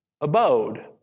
abode